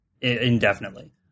indefinitely